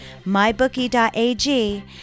mybookie.ag